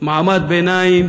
מעמד הביניים